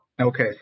okay